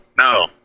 no